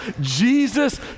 Jesus